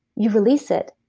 you release it.